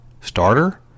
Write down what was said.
Starter